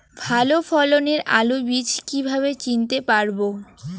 ভালো ফলনের আলু বীজ কীভাবে চিনতে পারবো?